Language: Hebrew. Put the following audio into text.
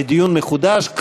לדיון מחודש,